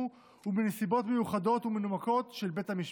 ובנסיבות מיוחדות ומנומקות של בית המשפט.